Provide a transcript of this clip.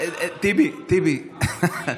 אין דבר כזה מרוקאית.